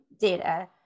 data